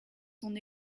son